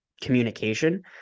communication